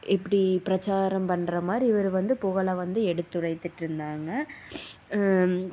இப்படி பிரச்சாரம் பண்ணுறமாதிரி இவர் வந்து புகழை வந்து எடுத்துரைத்துகிட்ருந்தாங்க